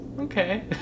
Okay